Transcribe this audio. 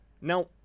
Now